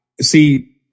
See